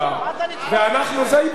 הדבר הזה ייבדק,